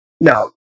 No